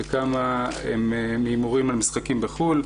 וכמה הם מהימורים על משחקים בחו"ל.